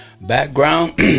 background